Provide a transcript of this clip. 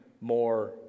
more